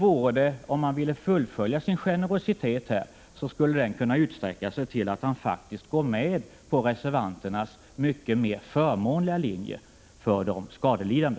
Om han ville fullfölja sin generositet, skulle den kunna utsträcka sig till att han faktiskt går med på reservanternas mycket mer förmånliga linje för de skadelidande.